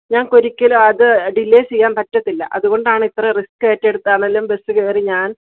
ഞങ്ങൾക്ക് ഒരിക്കലും അത് ഡിലെ ചെയ്യാൻ പറ്റത്തില്ല അതുകൊണ്ടാണ് ഇത്ര റിസ്ക് ഏറ്റെടുത്താണേലും ബസ് കയറി ഞാന്